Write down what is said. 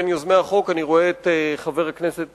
בין יוזמי החוק אני רואה את חבר הכנסת